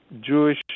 Jewish